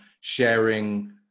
sharing